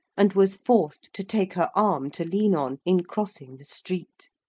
and was forced to take her arm to lean on, in crossing the street.